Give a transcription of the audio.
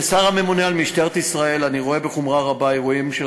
כשר הממונה על משטרת ישראל אני רואה בחומרה רבה אירועים של